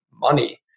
money